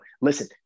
listen